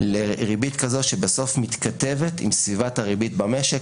לריבית כזאת שבסוף מתכתבת עם סביבת הריבית במשק.